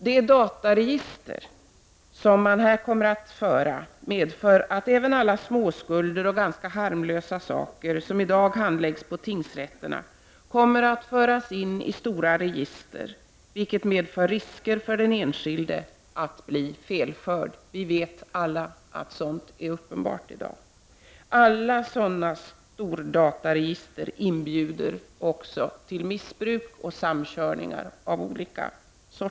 De dataregister man här kommer att föra medför att även alla de småskulder och ganska harmlösa saker, som i dag handläggs på tingsrätterna, kommer att föras in i ett stort register, vilket medför risker för den enskilde att bli ”felförd”. Vi vet alla att den risken i dag är uppenbar. Alla dylika stordataregister inbjuder till missbruk och samköring av olika slag.